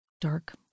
dark